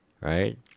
right